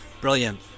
Brilliant